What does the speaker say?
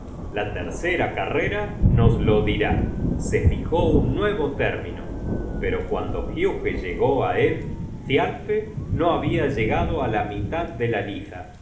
la tercera carrera nos lo dirá se fijó un nuevo término pero cuando huge llegó á él thialfe no habia llegado á la mitad de la liza